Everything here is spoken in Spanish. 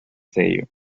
sello